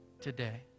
today